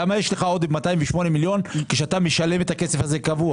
למה יש לך עודף 208 מיליון כשאתה משלם את הכסף הזה קבוע?